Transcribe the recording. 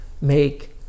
make